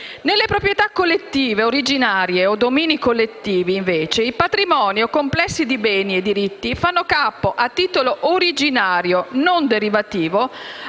Nelle proprietà collettive originarie, o domini collettivi, invece, i patrimoni o complessi di beni e diritti fanno capo a titolo originario, non derivativo,